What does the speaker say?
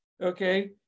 okay